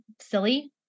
silly